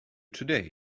today